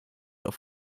auf